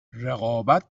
رقابت